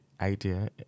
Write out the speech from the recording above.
idea